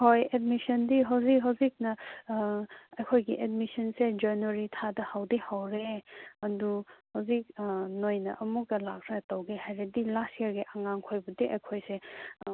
ꯍꯣꯏ ꯑꯦꯗꯃꯤꯁꯟꯗꯤ ꯍꯧꯖꯤꯛ ꯍꯧꯖꯤꯛꯅ ꯑꯩꯈꯣꯏꯒꯤ ꯑꯦꯗꯃꯤꯁꯟꯁꯦ ꯖꯅꯋꯥꯔꯤ ꯊꯥꯗ ꯍꯧꯗꯤ ꯍꯧꯔꯦ ꯑꯗꯨ ꯍꯧꯖꯤꯛ ꯅꯣꯏꯅ ꯑꯃꯨꯛꯀ ꯂꯥꯛꯂ ꯇꯧꯒꯦ ꯍꯥꯏꯔꯗꯤ ꯂꯥꯁ ꯏꯌꯔꯒꯤ ꯑꯉꯥꯡ ꯈꯣꯏꯕꯨꯗꯤ ꯑꯩꯈꯣꯏꯁꯦ